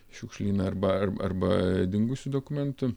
į šiukšlyną arba ar arba dingusių dokumentų